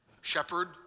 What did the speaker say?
Shepherd